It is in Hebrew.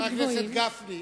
חבר הכנסת גפני,